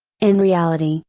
in reality,